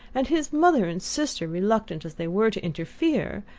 and his mother and sister, reluctant as they were to interfere,